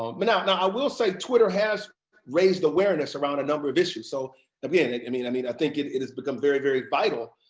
um but now i will say twitter has raised awareness around a number of issues. so i mean i mean i mean i think it it has become very very vital,